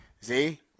See